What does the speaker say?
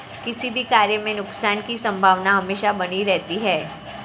किसी भी कार्य में नुकसान की संभावना हमेशा बनी रहती है